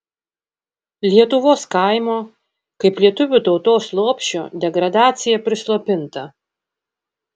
lietuvos kaimo kaip lietuvių tautos lopšio degradacija prislopinta